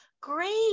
great